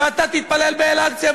ואתה תתפלל באל-אקצא.